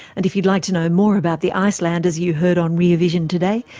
and if you'd like to know more about the icelanders you heard on rear vision today,